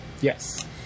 Yes